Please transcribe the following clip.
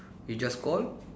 we just call